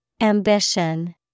Ambition